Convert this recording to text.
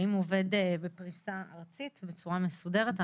האם הוא עובד בפריסה ארצית בצורה מסודרת?